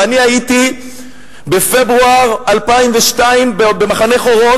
ואני הייתי בפברואר 2002 במחנה חורון,